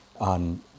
on